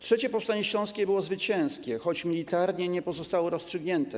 III powstanie śląskie było zwycięskie, choć militarnie nie zostało rozstrzygnięte.